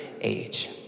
age